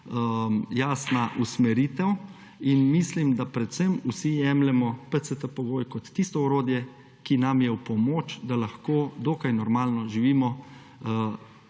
jasna usmeritev, in mislim, da predvsem vsi jemljemo PCT-pogoj kot tisto orodje, ki nam je v pomoč, da lahko dokaj normalno živimo,